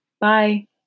Bye